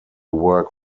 work